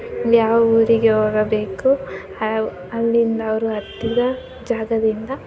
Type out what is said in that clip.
ಯಾವ ಊರಿಗೆ ಹೋಗಬೇಕು ಅಲ್ಲಿಂದ ಅವರು ಹತ್ತಿದ ಜಾಗದಿಂದ